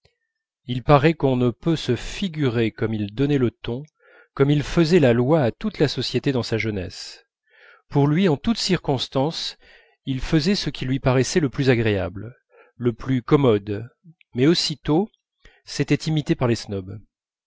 il paraît qu'on ne peut se figurer comme il donnait le ton comme il faisait la loi à toute la société dans sa jeunesse pour lui en toute circonstance il faisait ce qui lui paraissait le plus agréable le plus commode mais aussitôt c'était imité par les snobs